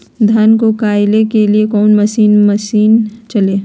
धन को कायने के लिए कौन मसीन मशीन चले?